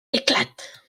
éclate